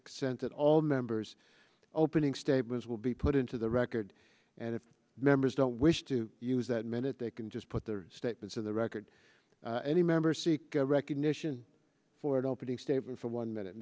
consent that all members opening statements will be put into the record and if members don't wish to use that minute they can just put their statements of the record any member seek recognition forward opening statement for one minute